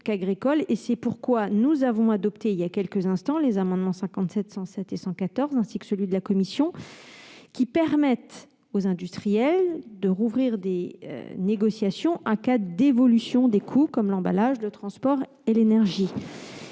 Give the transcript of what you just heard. et c'est pourquoi nous avons adopté il y a quelques instants les amendements n 107 rectifié et 114 rectifié, ainsi que l'amendement n° 159 de la commission, qui permettent aux industriels de rouvrir la négociation en cas d'évolution des coûts comme l'emballage, le transport et l'énergie.